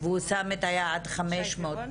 פירון.